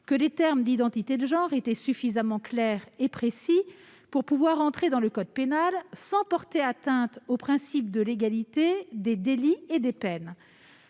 que les termes « identité de genre » étaient suffisamment clairs et précis pour pouvoir entrer dans le code pénal, sans porter atteinte au principe de légalité des délits et des peines.